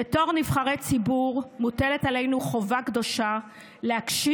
בתור נבחרי ציבור מוטלת עלינו חובה קדושה להגשים